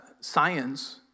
science